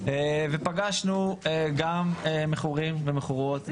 ופגשנו גם מכורים ומכורות,